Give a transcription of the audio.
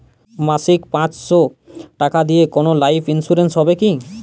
মাসিক পাঁচশো টাকা দিয়ে কোনো লাইফ ইন্সুরেন্স হবে কি?